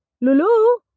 Lulu